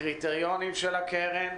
הקריטריונים של הקרן.